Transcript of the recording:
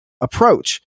approach